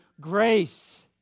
grace